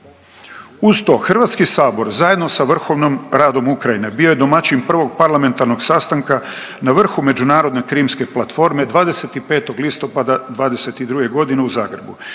Uz to Hrvatski sabor zajedno sa vrhovnom radom Ukrajine bio je domaćin prvog parlamentarnog sastanka na vrhu međunarodne krimske platforme 25. listopada '22. godine u Zagrebu.